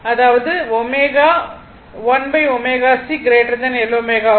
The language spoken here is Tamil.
அதாவது ω 1 1ω C L ω ஆகும்